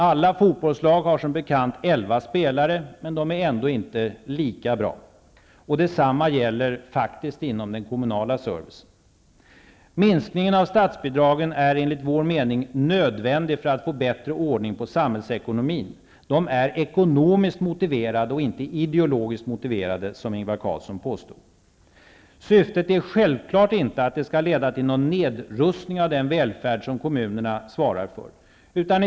Alla fotbollslag har som bekant elva spelare, men de är ändå inte lika bra. Detsamma gäller faktiskt inom den kommunala servicen. Minskningen av statsbidragen är enligt vår mening nödvändig för att få bättre ordning på samhällsekonomin. Den är ekonomiskt motiverad och inte ideologiskt motiverad, som Ingvar Carlsson påstod. Syftet är självklart inte att det skall leda till någon nedrustning av den välfärd som kommunerna svarar för.